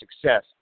success